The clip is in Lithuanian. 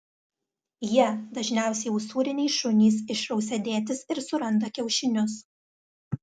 jie dažniausiai usūriniai šunys išrausia dėtis ir suranda kiaušinius